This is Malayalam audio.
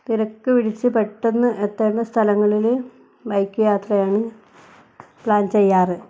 തിരക്ക് പിടിച്ച് പെട്ടെന്ന് എത്തേണ്ട സ്ഥലങ്ങളിൽ ബൈക്ക് യാത്രയാണ് പ്ലാൻ ചെയ്യാറ്